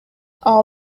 all